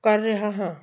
ਕਰ ਰਿਹਾ ਹਾਂ